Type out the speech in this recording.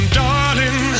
darling